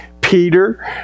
Peter